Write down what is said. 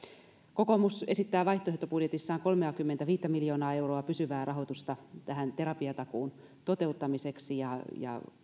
kokoomus esittää vaihtoehtobudjetissaan kolmeakymmentäviittä miljoonaa euroa pysyvää rahoitusta terapiatakuun toteuttamiseksi